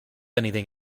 anything